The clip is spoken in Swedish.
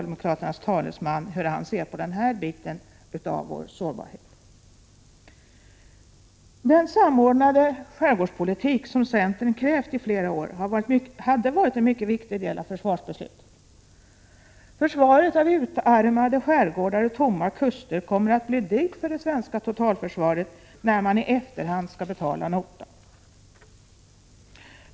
Den samordnade skärgårdspolitik som centern krävt i flera år hade varit en mycket viktig del av försvarsbeslutet. Försvaret av utarmade skärgårdar och tomma kuster kommer att bli dyrt för det svenska totalförsvaret när man i efterhand skall betala notan.